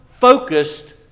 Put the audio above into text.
focused